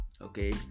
Okay